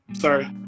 sorry